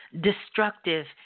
destructive